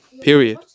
period